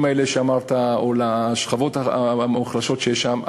האלה שמנית או לשכבות המוחלשות שיש שם.